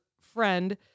friend